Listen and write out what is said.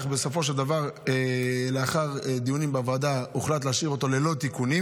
אך בסופו של דבר לאחר דיונים בוועדה הוחלט להשאיר אותו ללא תיקונים,